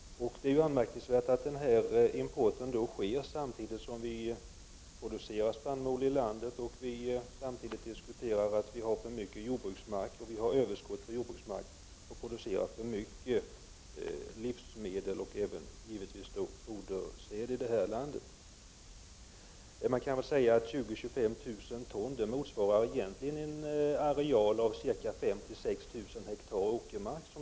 Det är anmärkningsvärt att denna import sker samtidigt som vi producerar för mycket spannmål och för en diskussion om att vi har överskott på jordbruksmark och producerar för mycket livsmedel och givetvis för mycket fodersäd. 20 000-25 000 ton motsvarar en areal av ca 5 000-6 000 ha åkermark.